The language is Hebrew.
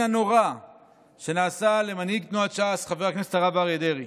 הנורא שנעשה למנהיג תנועת ש"ס חבר הכנסת הרב אריה דרעי.